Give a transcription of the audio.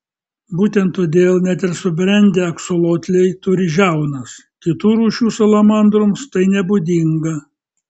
būtent todėl net ir subrendę aksolotliai turi žiaunas kitų rūšių salamandroms tai nebūdinga